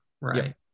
right